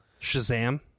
Shazam